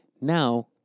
Now